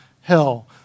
hell